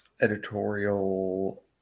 editorial